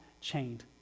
chained